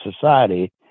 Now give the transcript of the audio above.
society